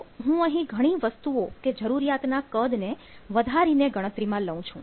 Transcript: તો હું અહીં ઘણી વસ્તુઓ કે જરૂરિયાત ના કદને વધારી ને ગણતરીમાં લઉં છું